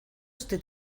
este